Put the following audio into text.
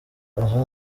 aha